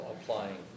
applying